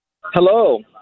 Hello